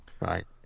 Right